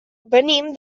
venim